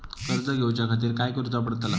कर्ज घेऊच्या खातीर काय करुचा पडतला?